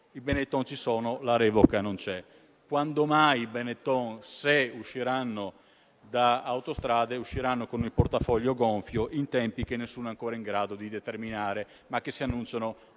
I Benetton ci sono, mentre la revoca non c'è. Se i Benetton usciranno da autostrade, lo faranno con il portafoglio gonfio in tempi che nessuno è ancora in grado di determinare, ma che si annunciano